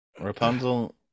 Rapunzel